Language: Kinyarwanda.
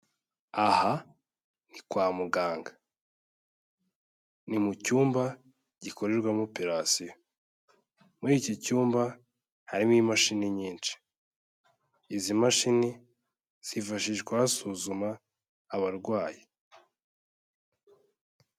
Aha ni kwa muganga ni mucyumba gikorerwamo operasiyo, muri iki cyumba harimo imashini nyinshi, izi mashini zifashishwa basuzuma abarwayi.